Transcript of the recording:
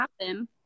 happen